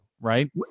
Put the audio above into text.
right